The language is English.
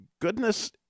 goodness